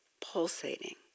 pulsating